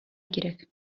кирәк